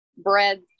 Breads